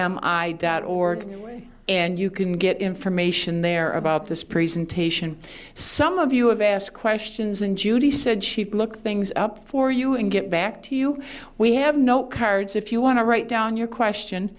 v i doubt org and you can get information there about this presentation some of you have asked questions and judy said she'd look things up for you and get back to you we have no cards if you want to write down your question